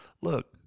look